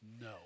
no